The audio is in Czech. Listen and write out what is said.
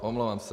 Omlouvám se.